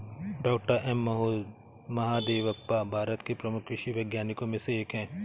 doctor M Mahadevappa Bharat के प्रमुख कृषि वैज्ञानिकों में से एक हैं